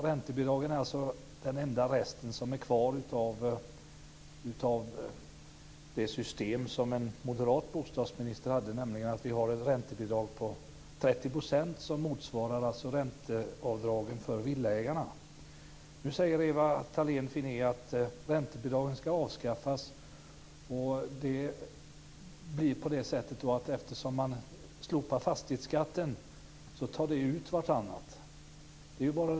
Räntebidragen är den enda rest som är kvar av det system som en moderat bostadsminister hade, nämligen ett räntebidrag på 30 % som motsvarar ränteavdragen för villaägarna. Nu säger Ewa Thalén Finné att räntebidragen ska avskaffas. Eftersom man slopar fastighetsskatten tar det ut vartannat.